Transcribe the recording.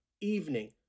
evening